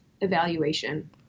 evaluation